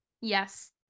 Yes